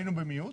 היינו במיעוט.